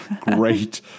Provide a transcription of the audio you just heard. Great